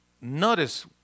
notice